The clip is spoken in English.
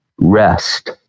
rest